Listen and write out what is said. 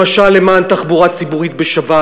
למשל למען תחבורה ציבורית בשבת,